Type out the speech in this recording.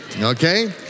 okay